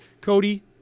Cody